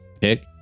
pick